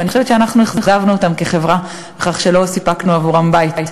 אני חושבת שאנחנו אכזבנו אותם כחברה בכך שלא סיפקנו עבורם בית.